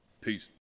Peace